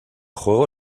juego